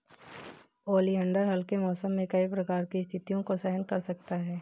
oleander हल्के मौसम में कई प्रकार की स्थितियों को सहन कर सकता है